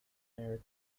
air